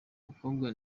mukobwa